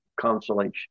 consolation